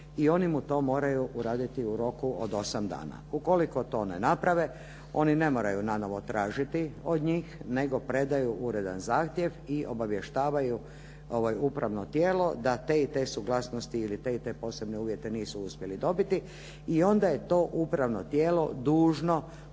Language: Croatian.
i oni mu to moraju uraditi u roku od osam dana. Ukoliko to ne naprave oni ne moraju nanovo tražiti od njih nego predaju uredan zahtjev i obavještavaju upravno tijelo da te i te suglasnosti ili te i te posebne uvjete nisu uspjeli dobiti i onda je to upravno tijelo dužno